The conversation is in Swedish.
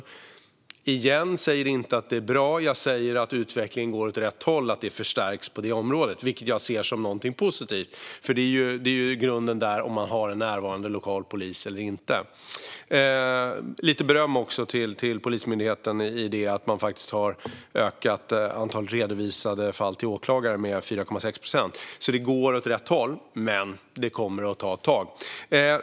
Återigen: Jag säger inte att det är bra, men jag säger att utvecklingen går åt rätt håll. Det området förstärks, och det ser jag som något positivt. Det är ju grundläggande att man har en närvarande lokal polis. Jag ska också ge lite beröm till Polismyndigheten för att man faktiskt har ökat antalet fall som redovisats till åklagare med 4,6 procent. Det går åt rätt håll, men det kommer att ta ett tag.